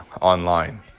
online